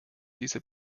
dieser